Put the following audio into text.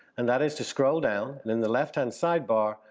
and that is to scroll down and in the left hand side bar,